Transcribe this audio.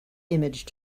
image